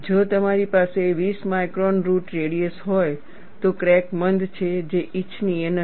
જો તમારી પાસે 20 માઇક્રોન રુટ રેડિયસ હોય તો ક્રેક મંદ છે જે ઇચ્છનીય નથી